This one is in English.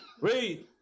read